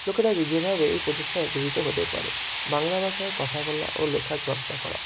লোকেরা এ যেভাবে এই প্রতিষ্ঠানে জড়িত হতে পারে বাংলা ভাষায় কথা বলা ও লেখার চর্চা করা